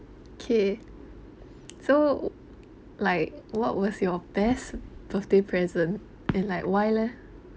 okay so like what was your best birthday present and like why leh